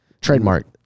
trademark